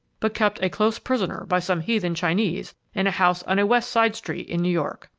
but kept a close prisoner by some heathen chinese in a house on a west side street in new york.